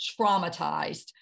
traumatized